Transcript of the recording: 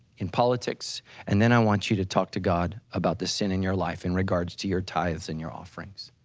in politics and then i want you to talk to god about this sin in your life in regards to your tithes and your offerings.